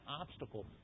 obstacle